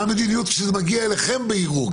מה המדיניות כשזה מגיע אליכם בערעור?